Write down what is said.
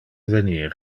venir